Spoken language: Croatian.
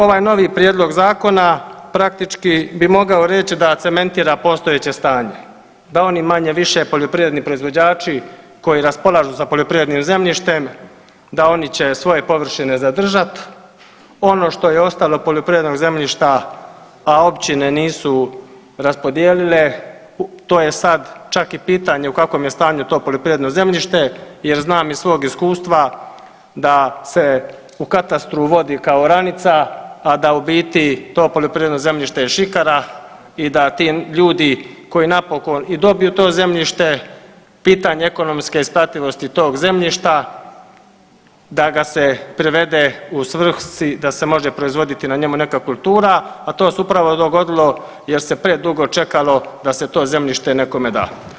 Ovaj novi prijedlog zakona praktički bi mogao reći da cementira postojeće stanje, da oni manje-više poljoprivredni proizvođači koji raspolažu sa poljoprivrednim zemljištem da oni će svoje površine zadržat, ono što je ostalo poljoprivrednog zemljišta, a općine nisu raspodijelile to je sad čak i pitanje u kakvom je stanju to poljoprivredno zemljište jer znam iz svog iskustva da se u katastru vodi kao oranica, a da u biti to poljoprivredno zemljište je šikara i da ti ljudi koji napokon i dobiju to zemljište pitanje ekonomske isplativosti tog zemljišta da ga se privede u svrsi da se može proizvoditi na njemu neka kultura, a to se upravo dogodilo jer se predugo čekalo da se to zemljište nekome da.